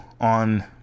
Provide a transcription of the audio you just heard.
on